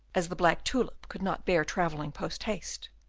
as the black tulip could not bear travelling post-haste.